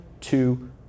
two